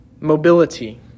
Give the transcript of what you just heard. mobility